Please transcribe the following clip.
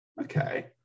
Okay